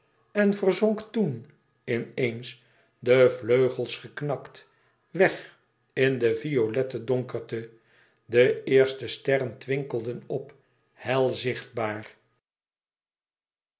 en verzonk toen in eens de vleugels geknakt weg in de violette donkerte de eerste sterren twinkelden op hel zichtbaar